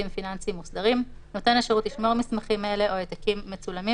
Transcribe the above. גם פה מדובר בהקלה לגבי מסמכים שאתם אפשר לאמת